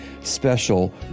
special